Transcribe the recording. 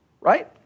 right